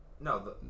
No